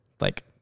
like-